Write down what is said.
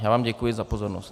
Já vám děkuji za pozornost.